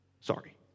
Sorry